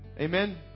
amen